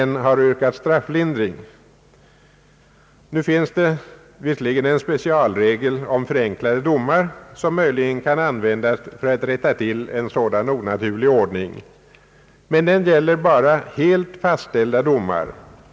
N. har yrkat strafflindring.» Nu finns det visserligen en specialregel om förenklade domar som möjligen kan användas för att rätta till en sådan onaturlig ordning. Men det gäller bara helt fastställda domar.